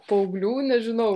paauglių nežinau